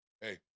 hey